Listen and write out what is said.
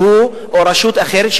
או רשות אחרת,